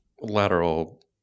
lateral